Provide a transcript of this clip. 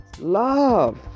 love